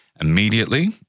Immediately